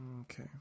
Okay